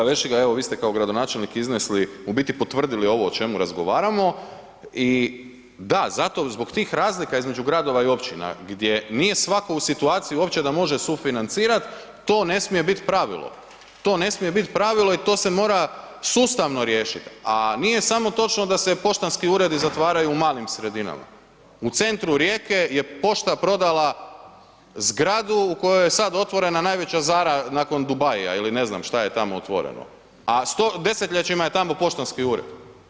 Kolega Vešligaj, evo vi ste kao gradonačelnik izišli u biti potvrdili ovo o čemu razgovaramo i da, zato zbog tih razlika između gradova i općina gdje nije svatko u situaciji uopće da može sufinancirat, to ne smije bit pravilo, to ne smije bit pravilo i to se mora sustavno riješit, a nije samo točno da se poštanski uredi zatvaraju u malim sredinama, u centru Rijeke je pošta prodala zgradu u kojoj je sad otvorena najveća Zara nakon Dubaija ili ne znam šta je tamo otvoreno, a desetljećima je tamo poštanski ured.